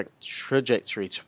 trajectory